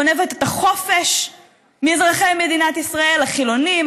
גונבת את החופש מאזרחי מדינת ישראל החילונים,